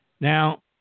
Now